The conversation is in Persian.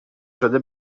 شده